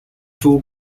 two